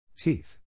Teeth